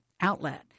outlet